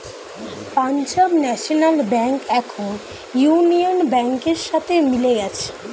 Punjab National Bank এখন Union ব্যাংকের সাথে মিলে গেছে